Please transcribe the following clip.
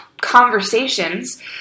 conversations